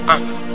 Acts